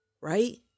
right